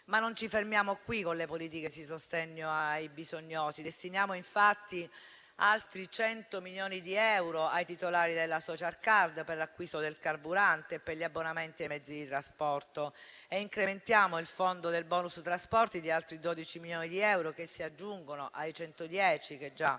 Ma non ci fermiamo qui con le politiche di sostegno ai bisognosi. Destiniamo, infatti, altri 100 milioni di euro ai titolari della *social card* per l'acquisto del carburante e per gli abbonamenti ai mezzi di trasporto; incrementiamo il fondo del *bonus* trasporti di altri 12 milioni di euro, che si aggiungono ai 110 che già